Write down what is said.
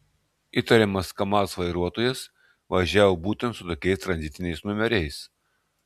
įtariamas kamaz vairuotojas važiavo būtent su tokiais tranzitiniais numeriais